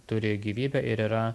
turi gyvybę ir yra